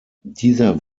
dieser